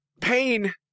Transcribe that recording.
Pain